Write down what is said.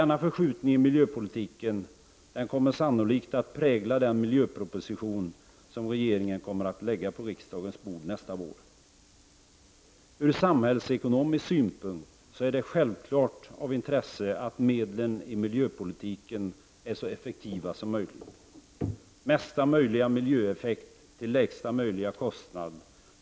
Denna förskjutning i miljöpolitiken kommer sannolikt att prägla den miljöproposition som regeringen kommer att lägga på riksdagens bord nästa vår. Från samhällssekonomisk synpunkt är det självfallet av intresse att medlen i miljöpolitiken är så effektiva som möjligt. Utgångspunkten måste vara mesta möjliga miljöeffekt till lägsta möjliga kostnad.